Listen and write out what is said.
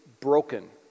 broken